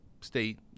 State